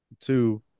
Two